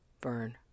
Burn